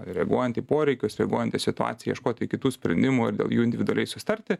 reaguojant į poreikius reaguojant į situaciją ieškoti kitų sprendimų ir dėl jų individualiai susitarti